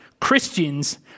Christians